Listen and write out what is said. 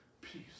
peace